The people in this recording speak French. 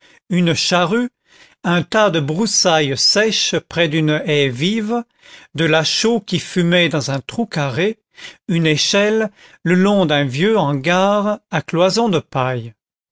une charrue un tas de broussailles sèches près d'une haie vive de la chaux qui fumait dans un trou carré une échelle le long d'un vieux hangar à cloisons de paille